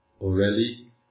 already